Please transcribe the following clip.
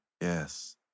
Yes